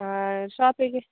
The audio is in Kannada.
ಹಾಂ ಶಾಪಿಗೆ